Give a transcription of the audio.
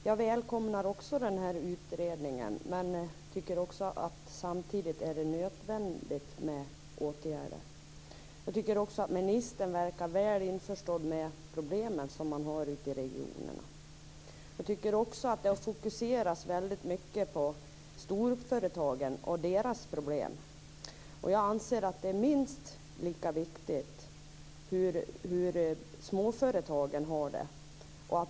Herr talman! Också jag välkomnar den här utredningen. Samtidigt är det nödvändigt med åtgärder. Jag tycker dessutom att näringsministern verkar vara väl införstådd med de problem som man har ute i regionerna. Det har fokuserats väldigt mycket på storföretagen och deras problem. Men jag anser att det är minst lika viktigt hur småföretagen har det.